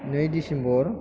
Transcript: नै डिसेम्बर